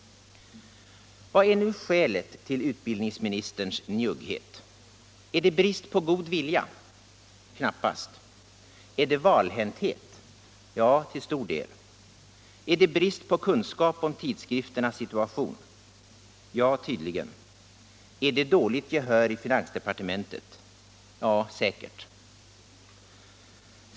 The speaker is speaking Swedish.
Vad är nu skälet till utbildningsministerns njugghet? Är det brist på god vilja? Knappast. Är det valhänthet? Ja, till stor del. Är det brist på kunskap om tidskrifternas situation? Ja, tydligen. Är det dåligt gehör i finansdepartementet? Ja, säkert.